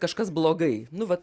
kažkas blogai nu va